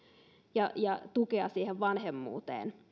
ja ja tukea vanhemmuuteen